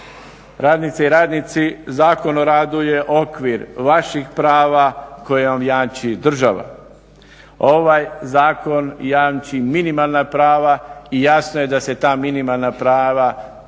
Radnice i radnici Zakon o radu je okvir vaših prava koje vam jamči država. Ovaj zakon jamči minimalna prava i jasno je da se ta minimalna prava